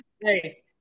Hey